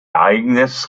eigenes